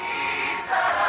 Jesus